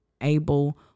able